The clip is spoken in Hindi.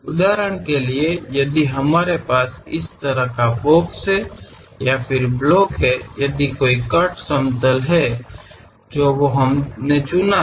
उदाहरण के लिए यदि हमारे पास इस तरह का बॉक्स है या फिर ब्लॉक हैं यदि कोई कट समतल है जो वो हमने चुना है